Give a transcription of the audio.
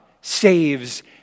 saves